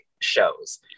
shows